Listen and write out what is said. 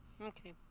Okay